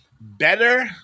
Better